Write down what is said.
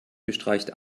bestreicht